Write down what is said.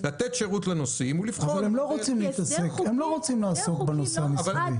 לתת שירות לנוסעים ולבחון --- אבל הם לא רוצים לעסוק בנושא המסחרי.